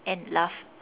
and laugh